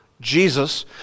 Jesus